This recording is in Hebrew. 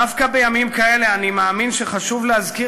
דווקא בימים כאלה אני מאמין שחשוב להזכיר